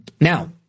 Now